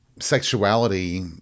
sexuality